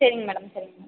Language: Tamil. சரிங்க மேடம் சரிங்க மேடம்